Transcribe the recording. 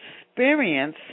experience